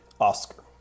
Oscar